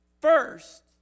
first